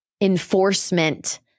enforcement